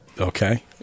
Okay